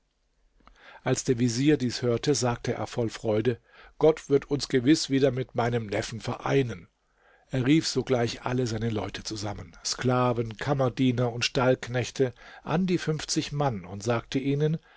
als der vezier dies hörte sagte er voll freude gott wird uns gewiß wieder mit meinem neffen vereinen er rief sogleich alle seine leute zusammen sklaven kammerdiener und stallknechte an die fünfzig mann und sagte ihnen